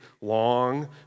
long